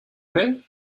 day